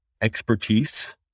expertise